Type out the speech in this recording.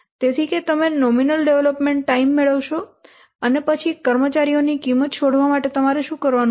તેથી કે તમે નોમિનલ ડેવલપમેન્ટ ટાઈમ મેળવશો અને પછી કર્મચારીઓની કિંમત શોધવા માટે તમારે શું કરવાનું છે